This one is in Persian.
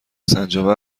سنجابه